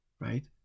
right